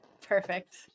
Perfect